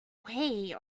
way